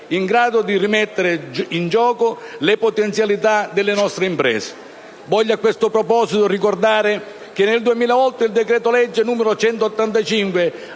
in grado di rimettere in gioco le potenzialità delle nostre imprese. Voglio a questo proposito ricordare che nel 2008 il decreto-legge n. 185,